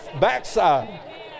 backside